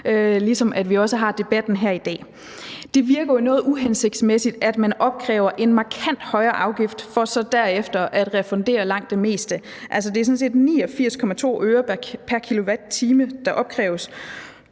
og for, at vi har debatten her i dag. Det virker jo noget uhensigtsmæssigt, at man opkræver en markant højere afgift for så derefter at refundere langt det meste. Altså, det er sådan set